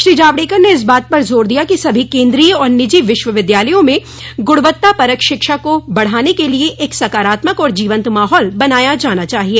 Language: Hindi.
श्री जावड़ेकर ने इस बात पर जोर दिया कि सभी केन्द्रीय और निजी विश्वविद्यालयों में गूणवत्ता परख शिक्षा को बढ़ाने के लिए एक सकारात्मक और जीवंत माहौल बनाया जाना चाहिए